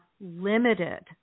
limited